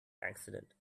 accident